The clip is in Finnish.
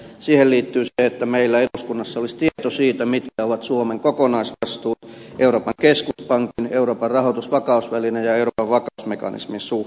siihen liittyy se että meillä eduskunnassa olisi tieto siitä mitkä ovat suomen kokonaisvastuut euroopan keskuspankin euroopan rahoitusvakausvälineen ja euroopan vakausmekanismin suhteen